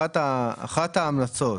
אחת ההמלצות